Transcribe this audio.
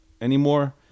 anymore